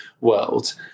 world